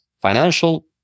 financial